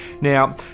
Now